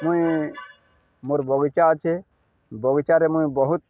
ମୁଇଁ ମୋର ବଗିଚା ଅଛେ ବଗିଚାରେ ମୁଇଁ ବହୁତ